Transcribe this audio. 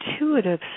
intuitive